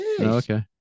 okay